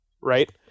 right